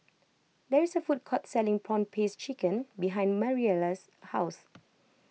there is a food court selling Prawn Paste Chicken behind Mariela's house